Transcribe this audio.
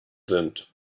sind